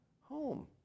home